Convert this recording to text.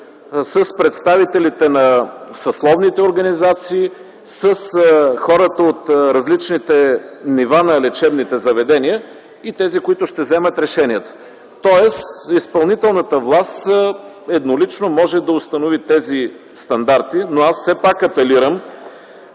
с представителите на съсловните организации, с хората от различните нива на лечебните заведения и тези, които ще вземат решенията. Тоест изпълнителната власт еднолично може да установи тези стандарти, но аз все пак апелирам